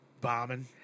bombing